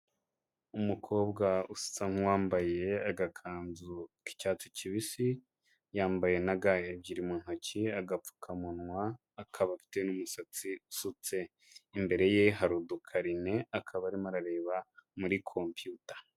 Umukobwa usa nk'uwambaye agakanzu k'icyatsi kibisi, yambaye na ga ebyiri mu ntoki, agapfukamunwa. Akaba afite n'umusatsi usutse, imbere ye hari udukarine akaba arimo arareba muri compiyuta.